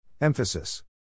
Emphasis